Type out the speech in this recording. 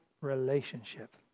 relationship